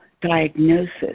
diagnosis